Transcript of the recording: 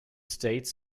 states